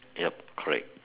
yup correct